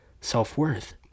self-worth